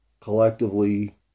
collectively